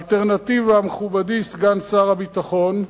האלטרנטיבה, מכובדי סגן שר הביטחון,